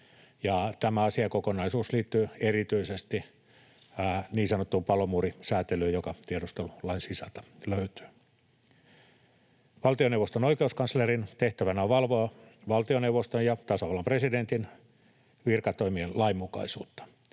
Tämä asiakokonaisuus liittyy erityisesti niin sanottuun palomuurisäätelyyn, joka tiedustelulain sisältä löytyy. Valtioneuvoston oikeuskanslerin tehtävänä on valvoa valtioneuvoston ja tasavallan presidentin virkatoimien lainmukaisuutta.